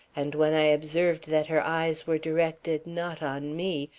and when i observed that her eyes were directed not on me,